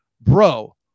bro